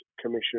Commission